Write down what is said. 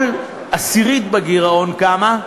כל עשירית בגירעון כמה?